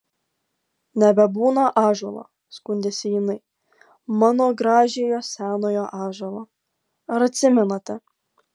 nebebūna ąžuolo skundėsi jinai mano gražiojo senojo ąžuolo ar atsimenate